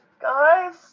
Guys